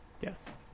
yes